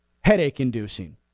headache-inducing